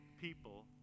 people